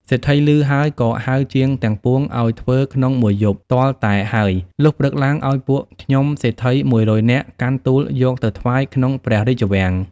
សេដ្ឋីឮ ហើយក៏ហៅជាងទាំងពួងអោយធ្វើក្នុង១ យប់ ទាល់តែហើយ លុះព្រឹកឡើងអោយពួក ខ្ញុំស្រីសេដ្ឋី ១០០នាក់ កាន់ទួលយកទៅថ្វាយក្នុងព្រះរាជវាំង ។